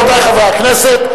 רבותי חברי הכנסת,